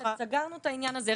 סגרנו את העניין הזה.